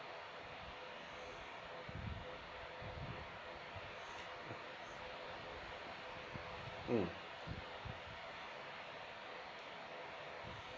mm